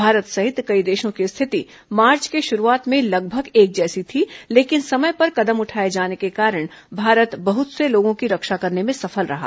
भारत सहित कई देशों की स्थिति मार्च के शुरूआत में लगभग एक जैसी थी लेकिन समय पर कदम उठाये जाने के कारण भारत बहुत से लोगों की रक्षा करने में सफल रहा